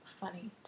funny